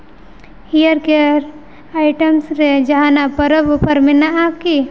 hair care items ᱨᱮ ᱡᱟᱦᱟᱱᱟᱜ ᱯᱚᱨᱚᱵᱽ ᱚᱯᱷᱟᱨ ᱢᱮᱱᱟᱜᱼᱟ ᱠᱤ